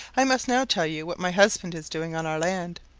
i must now tell you what my husband is doing on our land.